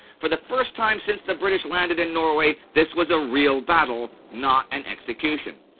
for the first time since the british landed in norway this was a real battle, not an execution.